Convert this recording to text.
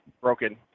broken